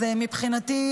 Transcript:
מבחינתי,